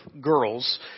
girls